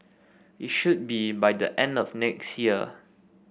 it should be by the end of next year